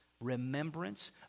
remembrance